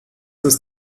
ist